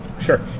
sure